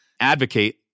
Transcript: Advocate